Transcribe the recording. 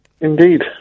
Indeed